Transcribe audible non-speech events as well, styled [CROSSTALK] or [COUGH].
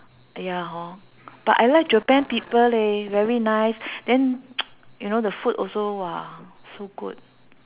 eh ya hor but I like japan people leh very nice then [NOISE] the food also !wah! so good